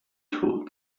told